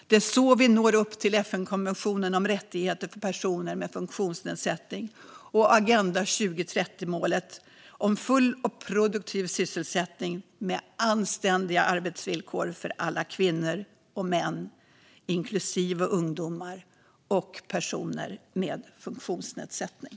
Det är så vi når upp till FN-konventionen om rättigheter för personer med funktionsnedsättning och Agenda 2030-målet om full och produktiv sysselsättning med anständiga arbetsvillkor för alla kvinnor och män, inklusive ungdomar och personer med funktionsnedsättning.